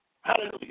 Hallelujah